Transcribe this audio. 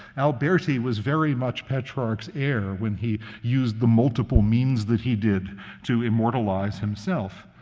alberti was very much petrarch's heir when he used the multiple means that he did to immortalize himself.